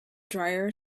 dryer